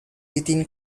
within